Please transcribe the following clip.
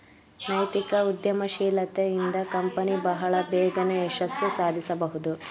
ನೈತಿಕ ಉದ್ಯಮಶೀಲತೆ ಇಂದ ಕಂಪನಿ ಬಹಳ ಬೇಗನೆ ಯಶಸ್ಸು ಸಾಧಿಸಬಹುದು